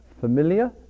familiar